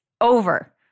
over